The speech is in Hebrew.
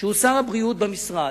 שהוא שר הבריאות במשרד,